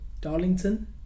Darlington